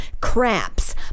craps